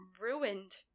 ruined